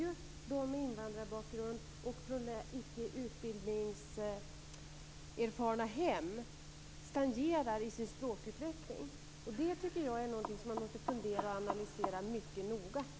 De som har invandrarbakgrund och de som kommer från icke utbildningserfarna hem stagnerar i sin språkutveckling. Jag tycker att man måste fundera över och analysera det mycket noga.